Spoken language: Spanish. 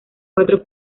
cuatro